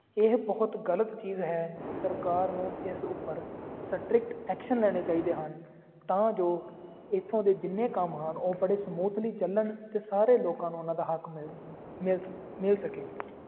ਇਹ ਬਹੁਤ ਗਲਤ ਚੀਜ਼ ਹੈ ਸਰਕਾਰ ਨੂੰ ਇਸ ਉੱਪਰ ਸਟ੍ਰਿਕਟ ਐਕਸ਼ਨ ਲੈਣੇ ਚਾਹੀਦੇ ਹਨ ਤਾਂ ਜੋ ਇੱਥੋਂ ਦੇ ਜਿੰਨੇ ਕੰਮ ਹਨ ਉਹ ਬੜੇ ਸਮੂਥਲੀ ਚੱਲਣ ਅਤੇ ਸਾਰੇ ਲੋਕਾਂ ਨੂੰ ਉਹਨਾਂ ਦਾ ਹੱਕ ਮਿਲ ਮਿਲਸ ਮਿਲ ਸਕੇ